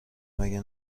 مگه